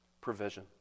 Provision